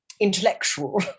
Intellectual